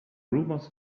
rumors